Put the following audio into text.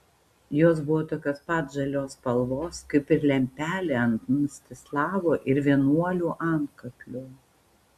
jos buvo tokios pat žalios spalvos kaip ir lempelė ant mstislavo ir vienuolių antkaklių